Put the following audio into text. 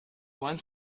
lens